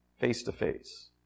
face-to-face